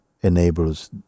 enables